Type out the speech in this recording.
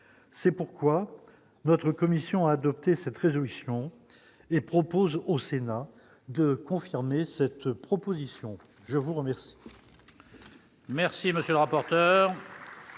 c'est pourquoi notre commission adopté cette résolution et propose au Sénat de confirmer cette proposition, je vous remercie.